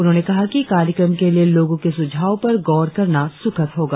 उन्होंने कहा कि कार्यक्रम के लिए लोगों के सुझाव पर गौर करना सुखद होगा